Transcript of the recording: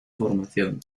formación